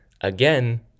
again